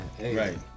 right